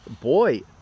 boy